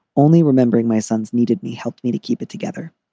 only remembering my sons needed me help me to keep it together.